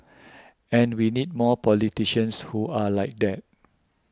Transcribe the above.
and we need more politicians who are like that